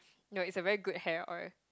no it's a very good hair oil